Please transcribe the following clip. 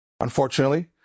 unfortunately